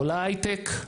לא להייטק,